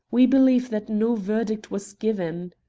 we believe that no verdict was given.